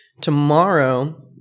tomorrow